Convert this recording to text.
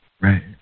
Right